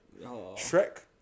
Shrek